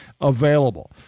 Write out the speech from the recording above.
available